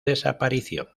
desaparición